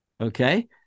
Okay